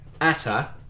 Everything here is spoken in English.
Atta